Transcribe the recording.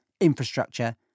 infrastructure